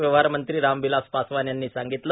व्यवहार मंत्री राम विलास पासवान यांनी सांगितलं